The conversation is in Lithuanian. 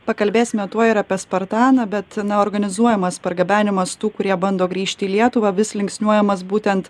pakalbėsime tuoj ir apie spartaną bet na organizuojamas pargabenimas tų kurie bando grįžti į lietuvą vis linksniuojamas būtent